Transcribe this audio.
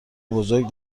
بزرگ